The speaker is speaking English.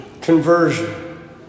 Conversion